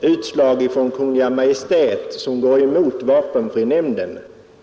utslag från Kungl. Maj:t som går emot vapenfrinämnden.